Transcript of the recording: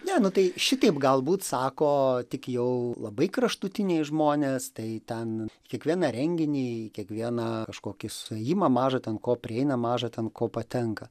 ne nu tai šitaip galbūt sako tik jau labai kraštutiniai žmonės tai ten kiekvieną renginį į kiekvieną kažkokį suėjimą maža ten ko prieina maža ten ko patenka